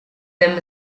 them